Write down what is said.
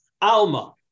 Alma